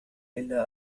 إلا